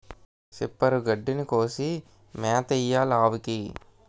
సిప్పరు గడ్డిని కోసి మేతెయ్యాలావుకి